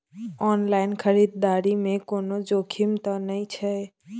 Online खरीददारी में कोनो जोखिम त नय छै?